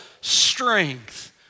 strength